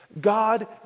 God